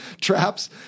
traps